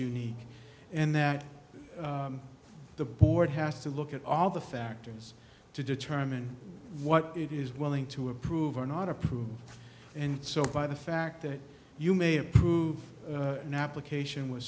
unique and that the board has to look at all the factors to determine what it is willing to approve or not approve and so by the fact that you may approve an application with